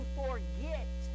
forget